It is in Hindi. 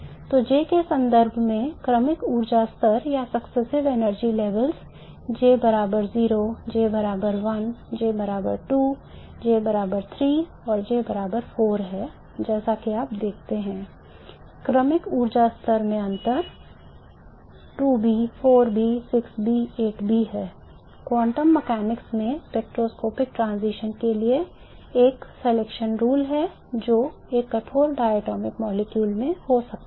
तो J के संदर्भ में क्रमिक ऊर्जा स्तर है जो एक कठोर डायटोमिक अणु में हो सकता है